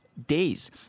days